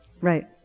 Right